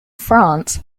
france